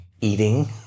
eating